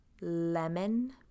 lemon